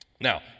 now